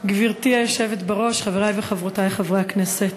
גברתי היושבת בראש, חברי וחברותי חברי הכנסת,